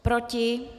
Proti?